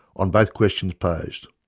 on both questions posed.